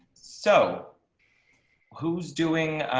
so who's doing